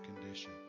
condition